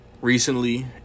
Recently